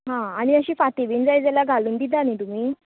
आं आनी अशीं फाती बीन जाय जाल्यार घालून दिता न्ही तुमी